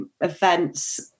events